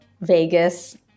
Vegas